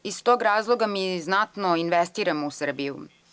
Iz tog razloga mi znatno investiramo u Srbiju.